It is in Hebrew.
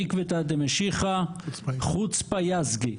בעקבתא דמשיחא -- חוצפא יסגא.